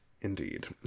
Indeed